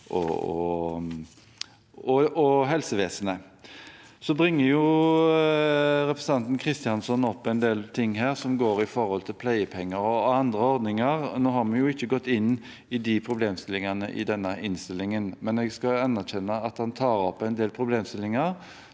og helsevesen. Så bringer representanten Kristjánsson opp en del annet som går på pleiepenger og andre ordninger. Nå har vi ikke gått inn i de problemstillingene i denne innstillingen, men jeg anerkjenner at han tar opp en del problemstillinger